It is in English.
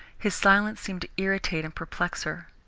his silence seemed to irritate and perplex her.